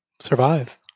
survive